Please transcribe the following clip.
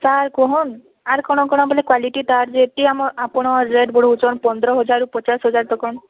sir କୁହନ ଆର୍ କ'ଣ କ'ଣ ବୋଲେ କ୍ୱାଲିଟି ତାର ଯେତିକି ଆମ ଆପଣ ରେଟ୍ ବଢ଼ଉଛନ ପନ୍ଦର ହଜାରରୁ ପଚାଶ ହଜାର ତକନ୍